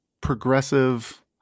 progressive